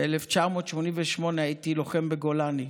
ב-1988 הייתי לוחם בגולני,